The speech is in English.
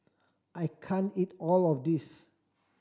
I can't eat all of this